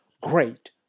great